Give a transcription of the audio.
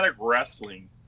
wrestling